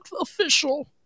official